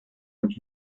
und